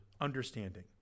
understanding